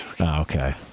okay